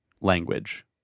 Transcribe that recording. language